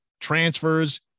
transfers